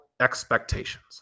expectations